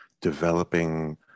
developing